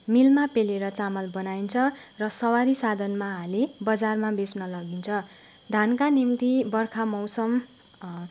मिलमा पेलेर चामल बनाइन्छ र सवारी साधनमा हाली बजारमा बेच्न लगिन्छ धानका निम्ति बर्खा मौसम